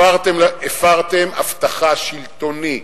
הפרתם הבטחה שלטונית,